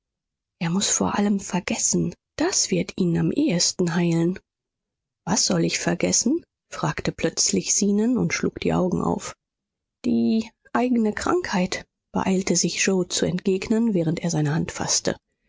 er muß vor allem vergessen das wird ihn am ehesten heilen was soll ich vergessen fragte plötzlich zenon und schlug die augen auf die eigene krankheit beeilte sich yoe zu entgegnen während er seine hand faßte